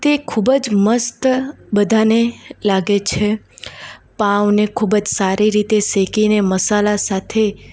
તે ખૂબ જ મસ્ત બધાને લાગે છે પાંવને ખૂબ જ સારી રીતે શેકીને મસાલા સાથે